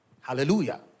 Hallelujah